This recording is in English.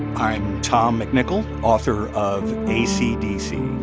i'm tom mcnichol, author of ac dc.